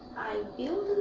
i build.